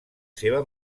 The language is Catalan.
seva